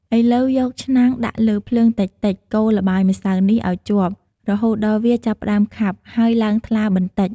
ឥឡូវ យកឆ្នាំងដាក់លើភ្លើងតិចៗ កូរល្បាយម្សៅនេះឱ្យជាប់ រហូតដល់វាចាប់ផ្ដើមខាប់ ហើយឡើងថ្លាបន្តិច។